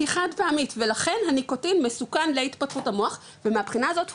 היא חד-פעמית ולכן הניקוטין מסוכן להתפתחות המוח והבחינה הזאת,